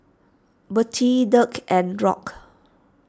Bertie Dirk and Rock